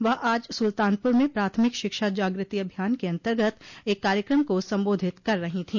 वह आज सुल्तानपुर में प्राथमिक शिक्षा जाग्रति अभियान के अन्तर्गत एक कार्यक्रम को संबोधित कर रही थी